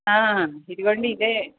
ఇదిగోండి ఇదే